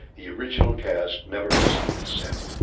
the original cast never received a cent.